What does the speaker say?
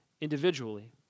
individually